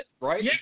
right